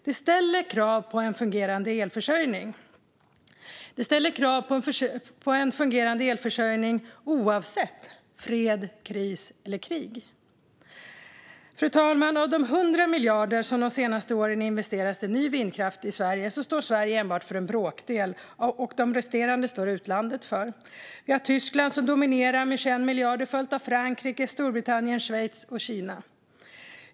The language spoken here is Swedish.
Detta ställer krav på en fungerande elförsörjning oavsett fred, kris eller krig. Fru talman! Av de 100 miljarder som de senaste åren har investerats i ny vindkraft i Sverige står Sverige enbart för en bråkdel. Det resterande står utlandet för. Vi har Tyskland, som dominerar med 21 miljarder, följt av Frankrike, Storbritannien, Schweiz och Kina.